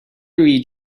read